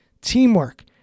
teamwork